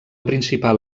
principal